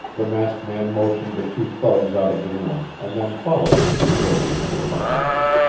the masked man motioned the two thugs out of the room, and then followed them, closing the door behind him.